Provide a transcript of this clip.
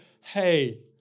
Hey